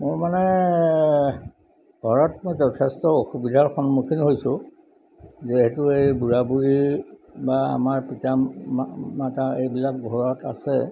মোৰ মানে ঘৰত মই যথেষ্ট অসুবিধাৰ সন্মুখীন হৈছোঁ যিহেতু এই বুঢ়া বুঢ়ি বা আমাৰ পিতা মা মাতা এইবিলাক ঘৰত আছে